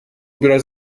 biraz